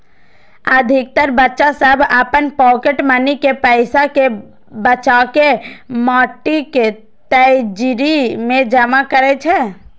अधिकतर बच्चा सभ अपन पॉकेट मनी के पैसा कें बचाके माटिक तिजौरी मे जमा करै छै